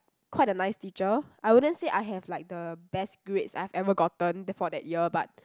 quite a nice teacher I wouldn't say I have like the best grades I've ever gotten for that year but